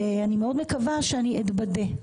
אני מאוד מקווה שאני אתבדה.